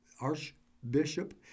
Archbishop